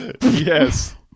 Yes